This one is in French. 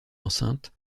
enceinte